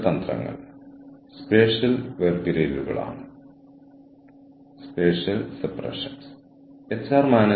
ഞാൻ call of ഡ്യൂട്ടിക്ക് മുകളിൽ പോയി ഓരോ ഉപഭോക്താവിനും സാധ്യമായ ഏറ്റവും മികച്ച സേവനം നൽകണോ